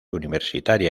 universitaria